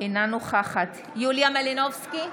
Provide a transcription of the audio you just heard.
אינה נוכחת יוליה מלינובסקי,